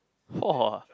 !whoa!